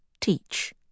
teach